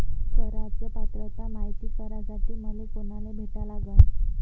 कराच पात्रता मायती करासाठी मले कोनाले भेटा लागन?